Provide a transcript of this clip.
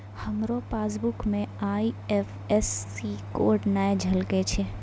हमरो पासबुक मे IFSC code नै झलकै छै